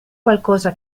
qualcosa